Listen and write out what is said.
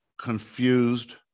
confused